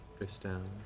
drifts down,